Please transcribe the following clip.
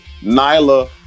Nyla